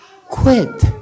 quit